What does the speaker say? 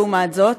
לעומת זאת,